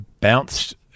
bounced